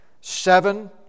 seven